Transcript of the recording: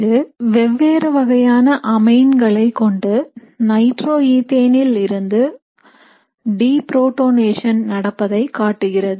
இது வெவ்வேறு வகையான அமைன்களை கொண்டு நைட்ரோஈத்தேனில் இருந்து டீபுரோட்டனேஷன் நடப்பதை காட்டுகிறது